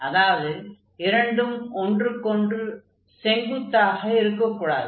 அதாவது இரண்டும் ஒன்றுக்கொன்று செங்குத்தாக இருக்கக் கூடாது